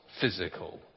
physical